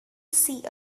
see